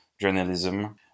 journalism